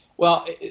well.